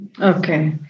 Okay